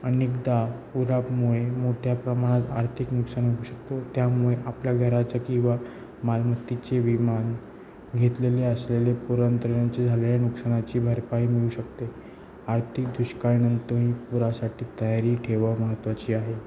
अनेकदा पुरामुळे मोठ्या प्रमाणात आर्थिक नुकसान होऊ शकतो त्यामुळे आपल्या घराचं किंवा मालमत्ताचे विमा घेतलेले असलेले पुरानंतरचे झालेल्या नुकसानाची भरपाई मिळू शकते आर्थिक दुष्काळानंतरही पुरासाठी तयारी ठेवा महत्त्वाची आहे